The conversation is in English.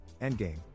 Endgame